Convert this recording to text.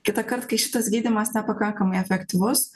kitąkart kai šitas gydymas nepakankamai efektyvus